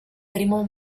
primo